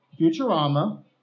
Futurama